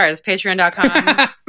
patreon.com